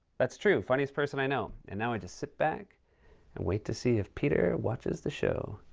that's true. funniest person i know. and now i just sit back and wait to see if peter watches the show.